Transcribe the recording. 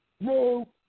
no